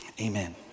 amen